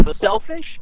selfish